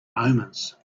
omens